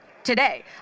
today